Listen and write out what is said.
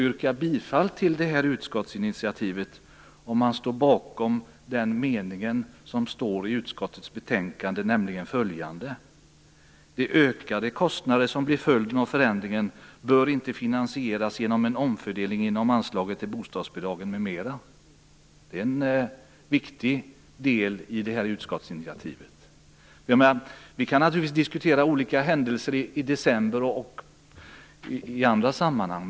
Jag skulle då vilja fråga honom om han står bakom den mening som står i utskottets betänkande, nämligen följande: "De ökade kostnader som blir följden av förändringarna bör inte finansieras genom en omfördelning inom anslaget till bostadsbidragen m.m." Det är en viktig del i utskottsinitiativet. Vi kan naturligtvis diskutera olika händelser i december och i andra sammanhang.